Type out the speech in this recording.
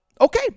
okay